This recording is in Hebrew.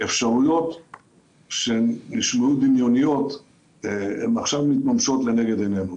אפשרויות שנשמעו דמיוניות עכשיו מתממשות נגד עינינו.